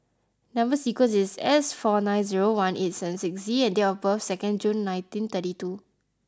number sequence is S four nine zero one eight seven six Z and date of birth is second June nineteen thirty two